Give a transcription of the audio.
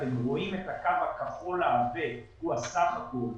אתם רואים את הקו הכחול העבה, הוא הסך הכול.